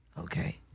Okay